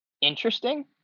interesting